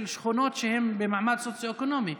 שכונות שהן במעמד סוציו-אקונומי.